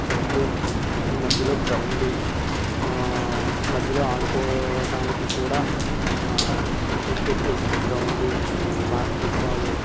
చెట్లు ఈ మధ్యలో గ్రౌండు మధ్యలో ఆడుకోవడానికి కూడా క్రికెట్టు గ్రౌండు బాస్కెట్ బాలు